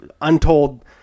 untold